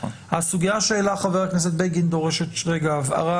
הסוגיה שהעלה חבר הכנסת בגין דורשת הבהרה.